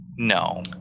no